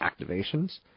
activations